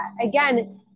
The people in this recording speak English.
again